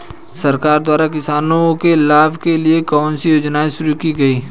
सरकार द्वारा किसानों के लाभ के लिए कौन सी योजनाएँ शुरू की गईं?